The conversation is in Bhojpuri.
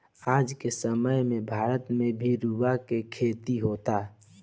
आज के समय में भारत में भी रुआ के खेती होता